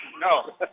No